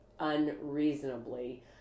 unreasonably